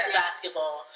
basketball